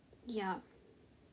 ya